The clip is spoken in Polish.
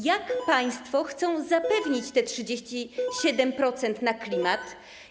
Jak państwo chcą zapewnić te 37% na klimat?